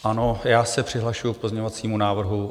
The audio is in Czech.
Ano, já se přihlašuju k pozměňovacímu návrhu 916.